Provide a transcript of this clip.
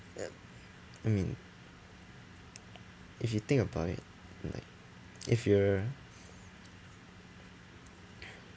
I mean if you think about it like if you're